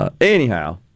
Anyhow